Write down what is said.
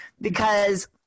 because-